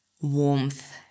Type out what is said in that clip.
warmth